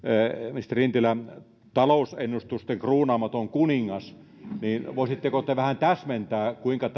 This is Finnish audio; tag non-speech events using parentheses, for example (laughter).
ministeri lintilä talousennustusten kruunaamaton kuningas voisitteko te vähän täsmentää kuinka (unintelligible)